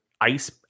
ice